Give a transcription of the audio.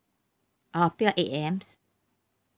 oh pick up eight A_M